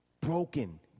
Broken